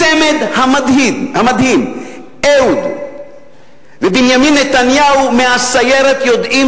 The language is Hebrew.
הצמד המדהים אהוד ובנימין נתניהו מהסיירת יודעים